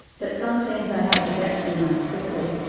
but some things i had to get to know, quickly.